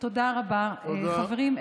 תודה רבה, חברים.